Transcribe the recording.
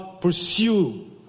pursue